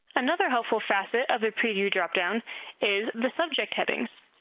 another helpful facet of the preview drop-down is the subject headings.